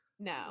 no